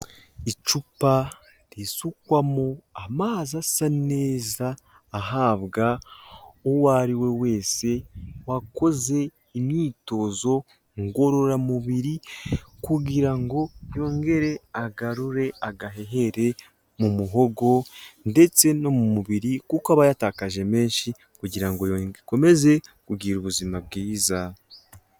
Icupa risukwamo amazi asa neza ahabwa uwo ari we wese wakoze imyitozo ngororamubiri kugira ngo yongere agarure agahehere mu muhogo, ndetse no mu mubiri kuko aba yatakaje menshi kugira ngo yongere akomeze kugira ubuzima bwiza.